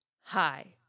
Hi